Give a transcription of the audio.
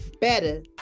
better